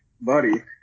buddy